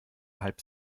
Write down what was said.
halb